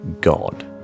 God